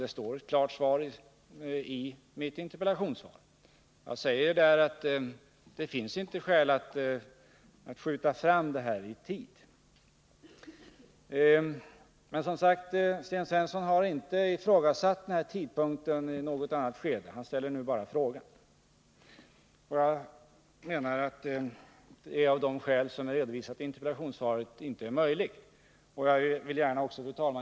Men han har i interpellationen ställt frågan om det är möjligt att uppskjuta ikraftträdandet av organisationen, och han upprepar den nu — helt onödigt f. ö., eftersom jag har lämnat ett klart svar på det. Jag har sagt att det, av de skäl som jag har redovisat i interpellationssvaret, inte är möjligt att flytta fram tidpunkten för organisationens ikraftträdande.